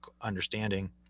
understanding